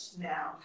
now